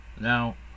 Now